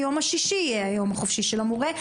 היום השישי יהיה היום החופשי של המורה.